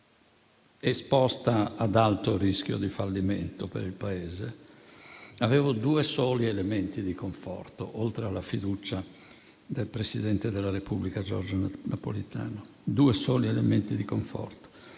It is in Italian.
esposta ad alto rischio di fallimento per il Paese, avevo due soli elementi di conforto oltre alla fiducia del presidente della Repubblica Giorgio Napolitano: l'aver avuto